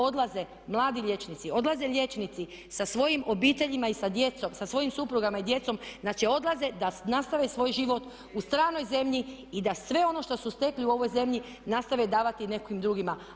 Odlaze mladi liječnici, odlaze liječnici sa svojim obiteljima i sa djecom, sa svojim suprugama i djecom znači odlaze da nastave svoj život u stranoj zemlji i da sve ono što su stekli u ovoj zemlji nastave davati nekim drugima.